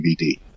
DVD